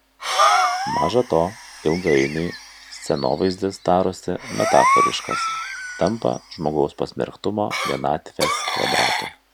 maža to ilgainiui scenovaizdis darosi metaforiškas tampa žmogaus pasmerktumo vienatvės kvadratu